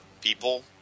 people